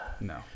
no